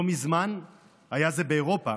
לא מזמן היה זה באירופה